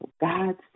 God